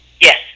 Yes